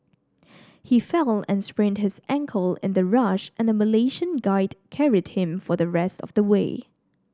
he fell and sprained his ankle in the rush and a Malaysian guide carried him for the rest of the way